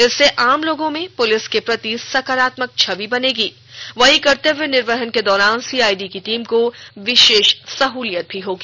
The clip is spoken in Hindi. इससे आम लोगों में पुलिस के प्रति सकारात्मक छवि बनेगी वहीं कर्तव्य निर्वहन के दौरान सीआईडी की टीम को विशेष सहूलियत भी होगी